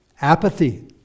Apathy